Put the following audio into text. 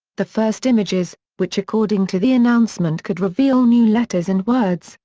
the first images, which according to the announcement could reveal new letters and words,